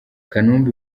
kanumba